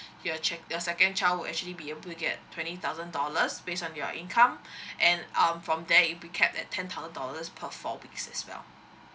your che~ your second child will actually be able to get twenty thousand dollars based on your income and um from there it'll be capped at ten thousand dollars for four weeks as well